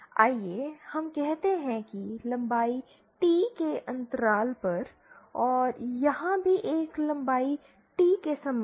आइए हम कहते हैं कि लंबाई T के अंतराल पर और यहां भी एक लंबाई T के समान है